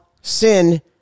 sin